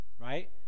right